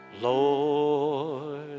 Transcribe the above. Lord